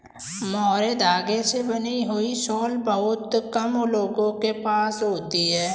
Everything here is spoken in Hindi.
मोहैर धागे से बनी हुई शॉल बहुत कम लोगों के पास होती है